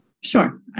Sure